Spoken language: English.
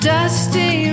Dusty